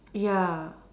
ya